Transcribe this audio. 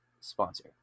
Sponsor